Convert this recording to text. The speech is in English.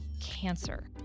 cancer